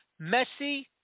Messi